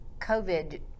covid